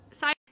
side